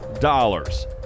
dollars